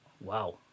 Wow